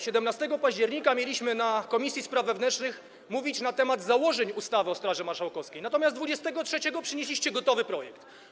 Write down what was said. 17 października mieliśmy w komisji spraw wewnętrznych mówić na temat założeń ustawy o Straży Marszałkowskiej, natomiast 23 przynieśliście gotowy projekt.